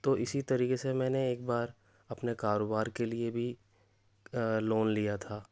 تو اسی طریقے سے میں نے ایک بار اپنے کاروبار کے لیے بھی لون لیا تھا